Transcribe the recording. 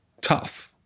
tough